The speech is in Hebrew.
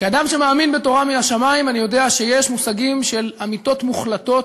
כאדם שמאמין בתורה מן השמים אני יודע שיש מושגים של אמיתות מוחלטות,